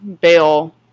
bail